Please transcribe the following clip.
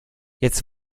jetzt